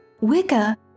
Wicca